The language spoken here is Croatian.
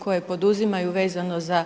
koje poduzimaju vezano za